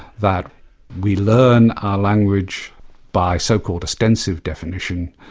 that we learn our language by so-called ostensive definition.